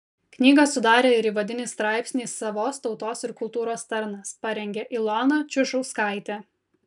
knygą sudarė ir įvadinį straipsnį savos tautos ir kultūros tarnas parengė ilona čiužauskaitė